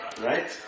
right